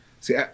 See